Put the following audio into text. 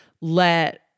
let